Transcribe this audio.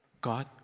God